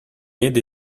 need